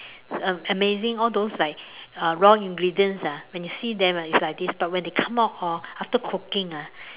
am~ amazing all those like uh raw ingredients ah when you see them ah it's like this but when they come out orh after cooking ah